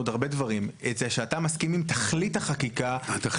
בעיקר בעיריות עם הרבה ילדים, עם הרבה אזרחים